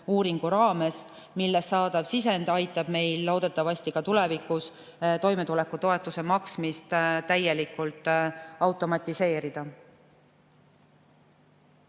uuringu raames, millest saadav sisend aitab meil loodetavasti tulevikus toimetulekutoetuse maksmise täielikult automatiseerida.